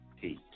Peace